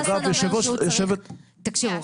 תקשיבו.